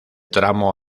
tramo